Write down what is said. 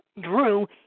Drew